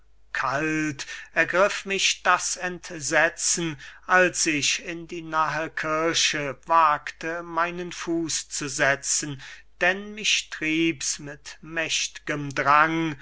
kalt ergriff mich das entsetzen als ich in die nahe kirche wagte meinen fuß zu setzen denn mich trieb's mit mächt'gem drang